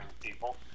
People